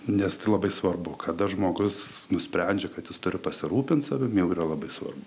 nes tai labai svarbu kada žmogus nusprendžia kad jis turi pasirūpint savimi jau yra labai svarbu